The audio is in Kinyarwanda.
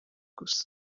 gusa